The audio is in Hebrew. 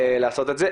לעשות את זה.